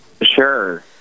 sure